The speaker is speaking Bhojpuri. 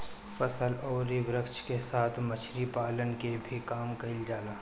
फसल अउरी वृक्ष के साथ मछरी पालन के भी काम कईल जाला